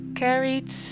Carried